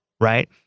right